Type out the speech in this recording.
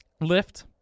Lift